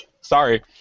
sorry